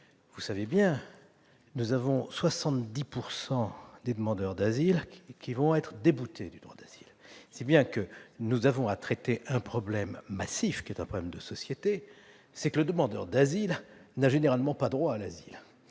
Vous savez bien que 70 % des demandeurs d'asile seront déboutés du droit d'asile, si bien que nous avons à traiter un problème massif, qui est un problème de société : c'est que le demandeur d'asile n'a généralement pas droit à l'asile.